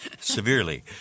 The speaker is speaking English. severely